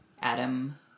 Adam